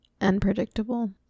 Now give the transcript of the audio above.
unpredictable